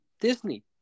Disney